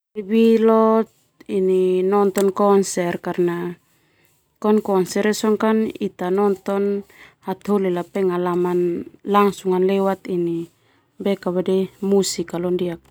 Nonton konser karna konser ia sona ita nonton hataholi ia pengalaman langsung lewat musik.